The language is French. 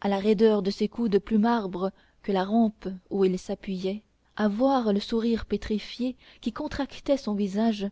à la roideur de ses coudes plus marbre que la rampe où ils s'appuyaient à voir le sourire pétrifié qui contractait son visage